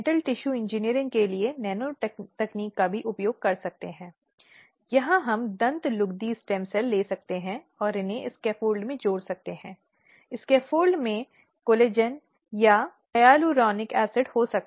सबसे पहले जो बहुत महत्वपूर्ण है वह यह है कि नियोक्ता की जिम्मेदारी यह देखना है कि यदि किसी संगठन में महिलाएं या कर्मचारी हैं तो एक सुरक्षित और मैत्रीपूर्ण वातावरण है जो सभी महिलाओं के लिए प्रदान किया जाता है